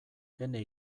ene